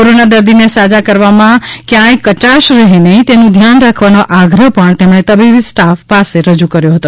corona દર્દીને સાજા કરવામાં કવાય કચાશ રહે નહીં તેનું ધ્યાન રાખવાનો આગ્રહ પણ તેમણે તબીબી સ્ટાફ પાસે રજૂ કર્યો હતો